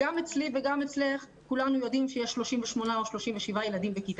גם אצלי וגם אצלך כולנו יודעים שיש 38 או 37 ילדים בכיתה.